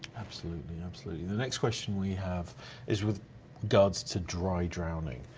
absolutely, absolutely. the next question we have is with regards to dry drowning.